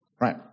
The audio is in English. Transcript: Right